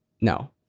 No